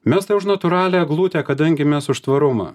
mes tai už natūralią eglutę kadangi mes už tvarumą